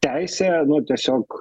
teisė nu tiesiog